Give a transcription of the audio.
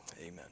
Amen